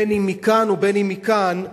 אם מכאן ואם מכאן,